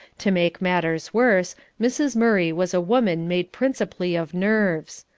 to make matters worse, mrs. murray was a woman made principally of nerves.